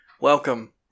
Welcome